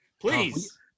Please